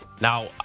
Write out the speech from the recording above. Now